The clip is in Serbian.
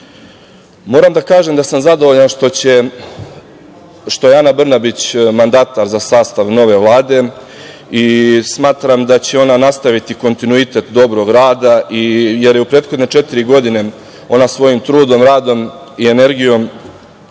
da kažem da sam zadovoljan što je Ana Brnabić mandatar za sastav nove Vlade i smatram da će ona nastaviti kontinuitet dobrog rada, jer je u prethodne četiri godine ona svojim trudom, radom i energijom